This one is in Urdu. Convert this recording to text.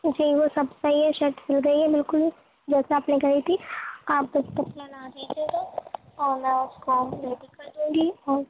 جی وہ سب صحیح ہے شٹ سل گئی ہے بالکل جیسا آپ نے کہی تھی آپ بس کپڑا لا دیتے تو اور میں اس کو ریڈی کر دوں گی اور